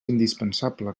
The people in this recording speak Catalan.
indispensable